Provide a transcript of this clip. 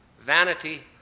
vanity